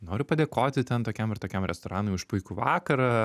noriu padėkoti ten tokiam ir tokiam restoranui už puikų vakarą